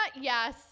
yes